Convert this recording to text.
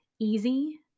easy